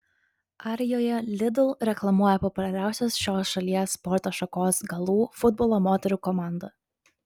arijoje lidl reklamuoja populiariausios šios šalies sporto šakos galų futbolo moterų komanda